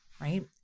right